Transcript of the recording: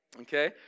Okay